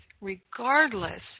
regardless